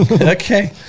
okay